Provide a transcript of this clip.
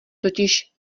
totiž